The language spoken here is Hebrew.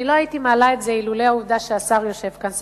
אני לא הייתי מעלה את זה אילולא העובדה שהשר יושב פה,